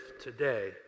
today